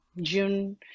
june